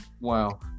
Wow